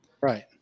Right